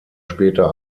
später